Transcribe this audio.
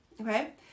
okay